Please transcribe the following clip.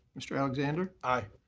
mr. alexander. aye.